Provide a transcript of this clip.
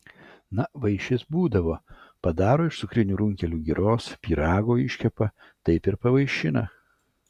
na vaišės būdavo padaro iš cukrinių runkelių giros pyrago iškepa taip ir pavaišina